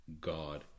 God